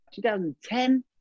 2010